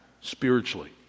spiritually